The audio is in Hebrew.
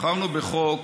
בחרנו בחוק